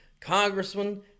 congressman